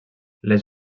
les